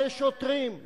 זה שוטרים,